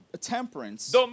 Temperance